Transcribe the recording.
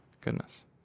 Goodness